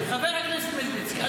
חבר הכנסת מלביצקי,